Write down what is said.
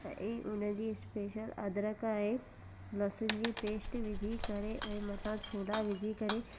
ऐं ई हुननि जी स्पैशल अदरक ऐं लहसन जी पेस्ट विझी करे ऐं मथां छोला विझी करे